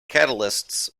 catalysts